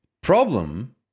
Problem